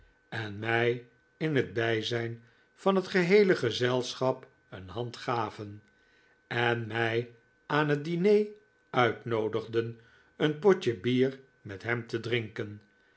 en mij in het bijzijn van het geheele gezelschap een hand gaven en mij aan het diner uitnoodigden een potje bier met hem te drinken